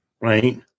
right